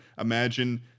imagine